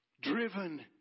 driven